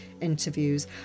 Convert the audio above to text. Interviews